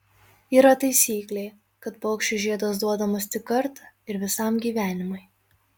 yra taisyklė kad paukščiui žiedas duodamas tik kartą ir visam gyvenimui